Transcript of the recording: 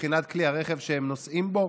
מבחינת כלי הרכב שהם נוסעים בהם.